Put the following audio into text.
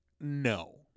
No